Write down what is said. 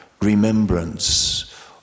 remembrance